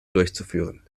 durchzuführen